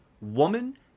woman